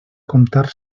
comptar